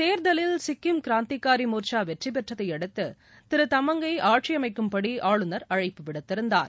தேர்தலில் சிக்கிம் க்ராந்திகாரி முன்னணி வெற்றி பெற்றதை அடுத்து திரு தமங்கை ஆட்சி அமைக்கும்படி ஆளுநர் அழைப்பு விடுத்திருந்தார்